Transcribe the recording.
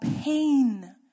pain